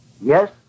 Yes